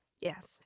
Yes